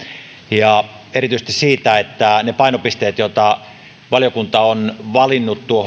ja erityisesti siitä että ne painopisteet joita valiokunta on valinnut